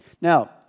Now